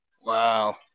Wow